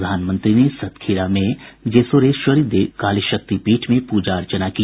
प्रधानमंत्री ने सतखीरा में जेसोरेश्वरी काली शक्ति पीठ में पूजा अर्चना की